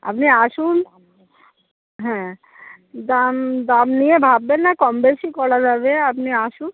আপনি আসুন হ্যাঁ দাম দাম নিয়ে ভাববেন না কম বেশি করা যাবে আপনি আসুন